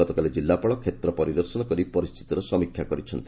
ଗତକାଲି ଜିଲ୍ଲାପାଳ କ୍ଷେତ୍ର ପରିଦର୍ଶନ କରି ପରିସ୍ରିତିର ସମୀକ୍ଷା କରିଛନ୍ତି